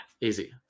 easy